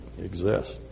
exist